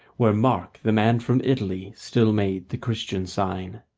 where mark, the man from italy, still made the christian sign.